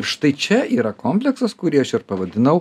štai čia yra komplektas kurį aš ir pavadinau